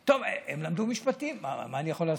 טוב, הם למדו משפטים, מה אני יכול לעשות?